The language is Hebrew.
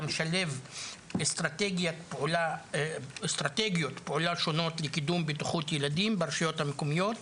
המשלב אסטרטגיות פעולה שונות לקידום בטיחות ילדים ברשויות המקומיות.